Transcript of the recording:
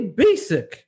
basic